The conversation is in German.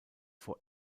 vor